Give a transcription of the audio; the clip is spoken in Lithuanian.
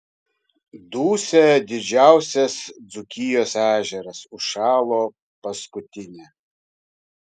dusia didžiausias dzūkijos ežeras užšalo paskutinė